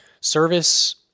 service